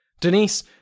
Denise